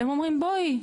והם אומרים בואי,